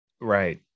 right